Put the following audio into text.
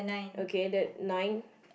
okay that nine